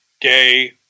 gay